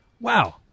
wow